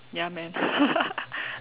ya man